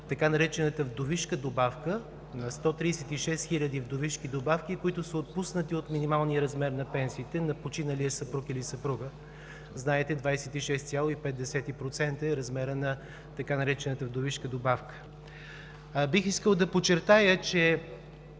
така наречената „вдовишка добавка“ на 136 хиляди вдовишки добавки, които са отпуснати от минималния размер на пенсиите на починалия съпруг или съпруга. Знаете, че 26,5% е размерът на така наречената „вдовишка добавка“. Бих искал да подчертая, че